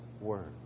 Word